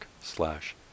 slash